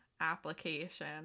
application